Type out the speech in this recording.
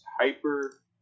hyper